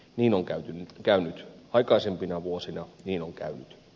niin on käynyt aikaisempina vuosina niin on käynyt nyt